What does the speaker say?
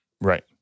Right